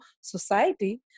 society